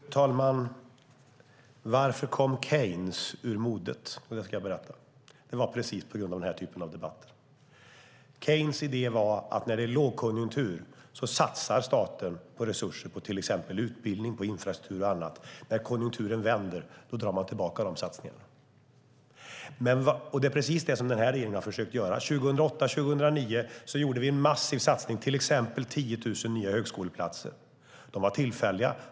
Fru talman! Varför kom Keynes ur modet? Jo, det ska jag berätta. Det var på grund av den här typen av debatter. Keynes idé var att staten satsar resurser på till exempel utbildning och infrastruktur i lågkonjunktur; när konjunkturen vänder drar man tillbaka satsningarna. Det är precis det som den här regeringen har försökt göra. Åren 2008-2009 gjorde vi en massiv satsning till exempel på 10 000 nya högskoleplatser. De var tillfälliga.